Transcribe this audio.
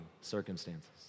circumstances